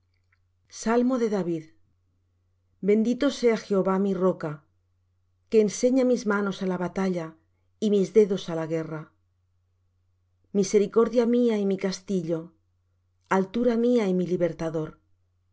salmo de david bendito sea jehová mi roca que enseña mis manos á la batalla y mis dedos á la guerra misericordia mía y mi castillo altura mía y mi libertador